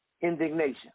indignation